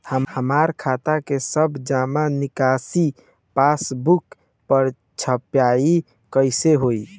हमार खाता के सब जमा निकासी पासबुक पर छपाई कैसे होई?